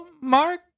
Mark